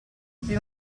più